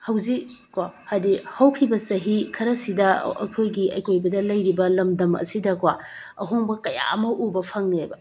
ꯍꯧꯖꯤꯛꯀꯣ ꯍꯥꯏꯗꯤ ꯍꯧꯈꯤꯕ ꯆꯍꯤ ꯈꯔꯁꯤꯗ ꯑꯩꯈꯣꯏꯒꯤ ꯑꯀꯣꯏꯗꯕ ꯂꯩꯔꯤꯕ ꯂꯝꯗꯝ ꯑꯁꯤꯗꯀꯣ ꯑꯍꯣꯡꯕ ꯀꯌꯥ ꯑꯃ ꯎꯕ ꯐꯪꯉꯦꯕ